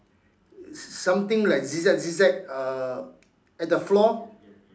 something like zig-zag zig-zag uh at the floor